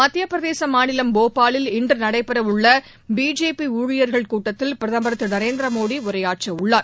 மத்தியபிரதேச மாநிலம் போபாலில் இன்று நடைபெற உள்ள பிஜேபி ஊழியர்கள் கூட்டத்தில் பிரதமர் திரு நரேந்திர மோடி உரையாற்ற உள்ளார்